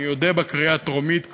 אני אודה בקריאה הטרומית כבר,